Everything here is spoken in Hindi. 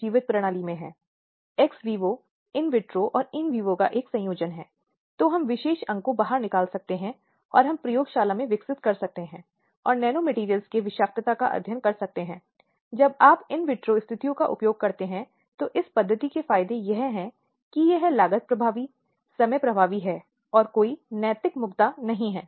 स्लाइड समय देखें 1426 अब इन गैर सरकारी संगठनों ने महिलाओं के विकास और प्रगति में महत्वपूर्ण भूमिका निभाई है अपने अधिकारों को हासिल करने आर्थिक स्वतंत्रता प्राप्त करने और हिंसा का शिकार होने वाली महिलाओं के पर्याप्त कल्याण और पुनर्वास को प्रभावित किया है